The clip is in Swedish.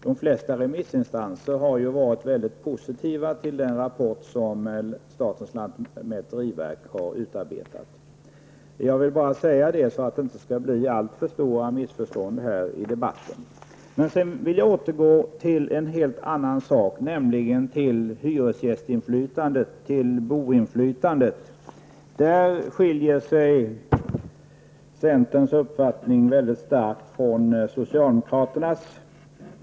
Det flesta remissinstanser har ju varit väldigt positiva till den rapport som statens lantmäteriverk har utarbetat. Jag vill bara säga det så att det inte skall uppstå alltför stora missförstånd i debatten. Sedan vill jag övergå till en helt annan sak, nämligen hyresgästinflytandet. Där skiljer sig centerns uppfattning väldigt starkt från socialdemokraternas.